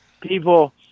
people